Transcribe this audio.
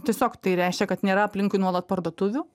tiesiog tai reiškia kad nėra aplinkui nuolat parduotuvių